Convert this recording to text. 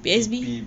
P P